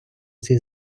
цій